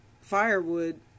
firewood